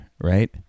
right